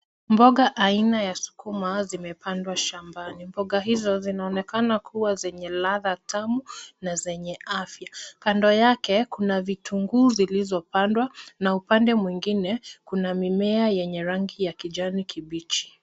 Mboga aina ya sukuma zimepandwa shambani. Mboga hizo zionaokana kuwa zenye radha tamu na zenye afya. Kando yake kuna vitunguu zilizopandwa na upande mwingine kuna mimea yenye rangi ya kijani kibichi.